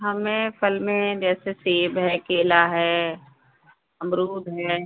हमें फल में जैसे सेब है केला है अमरूद है